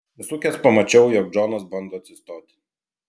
atsisukęs pamačiau jog džonas bando atsistoti